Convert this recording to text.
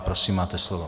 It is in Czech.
Prosím, máte slovo.